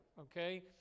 okay